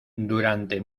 durante